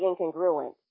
incongruent